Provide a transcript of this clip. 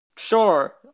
sure